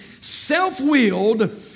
self-willed